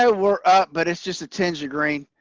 ah we're up but it's just a tinge of green.